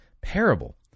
parable